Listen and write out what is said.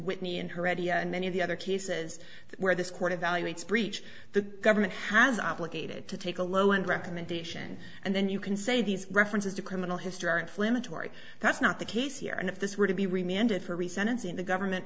whitney and heredia and many of the other cases where this court evaluates breach the government has obligated to take a low and recommendation and then you can say these references to criminal history are inflammatory that's not the case here and if this were to be remanded for resentencing the government